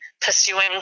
pursuing